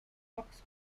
kaks